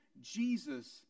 Jesus